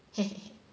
!hey! !hey!